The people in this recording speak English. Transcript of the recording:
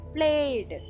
Played